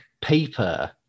paper